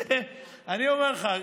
אני אומר לך,